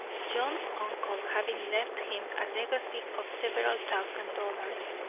john's uncle having left him a legacy of several thousand dollars.